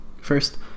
First